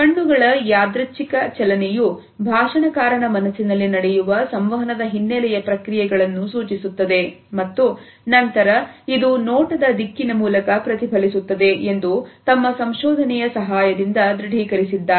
ಕಣ್ಣುಗಳ ಯಾದೃಚಿಕ ಚಲನೆಯು ಭಾಷಣಕಾರನ ಮನಸ್ಸಿನಲ್ಲಿ ನಡೆಯುವ ಸಂವಹನದ ಹಿನ್ನೆಲೆಯ ಪ್ರಕ್ರಿಯೆಗಳನ್ನು ಸೂಚಿಸುತ್ತದೆ ಮತ್ತು ನಂತರ ಇದು ನೋಟದ ದಿಕ್ಕಿನ ಮೂಲಕ ಪ್ರತಿಫಲಿಸುತ್ತದೆ ಎಂದು ತಮ್ಮ ಸಂಶೋಧನೆಯ ಸಹಾಯದಿಂದ ದೃಢೀಕರಿಸಿದ್ದಾರೆ